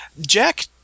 Jack